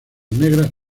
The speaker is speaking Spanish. negras